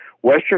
Western